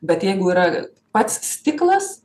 bet jeigu yra pats stiklas